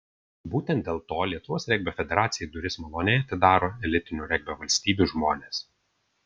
būtent dėl to lietuvos regbio federacijai duris maloniai atidaro elitinių regbio valstybių žmonės